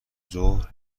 ظهر